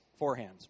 forehands